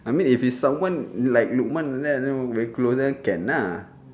I mean if it's someone like lukman like that you know very close then can ah